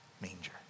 manger